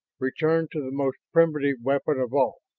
returned to the most primitive weapon of all.